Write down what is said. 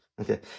Okay